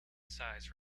size